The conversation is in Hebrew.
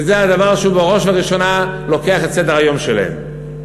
וזה הדבר שהוא בראש ובראשונה לוקח את סדר-היום שלהם.